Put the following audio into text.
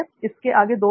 इसके आगे दो बातें